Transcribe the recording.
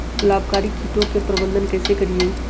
लाभकारी कीटों के प्रबंधन कैसे करीये?